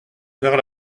vers